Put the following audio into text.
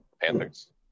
Panthers